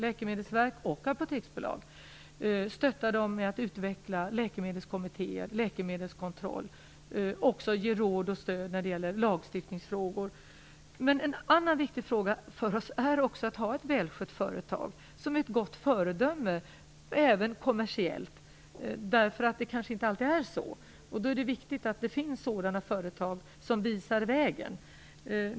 De kan stötta de baltiska länderna med att utveckla läkemedelskommittéer och läkemedelskontroll och även ge råd och stöd i lagstiftningsfrågor. Men en annan viktig faktor är att ha ett välskött företag, eftersom det är ett gott föredöme, även kommersiellt. Det kanske inte alltid är så. Det är viktigt att det finns sådana företag som visar vägen.